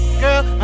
girl